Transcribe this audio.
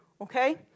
okay